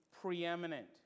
preeminent